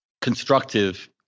constructive